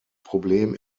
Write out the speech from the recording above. problem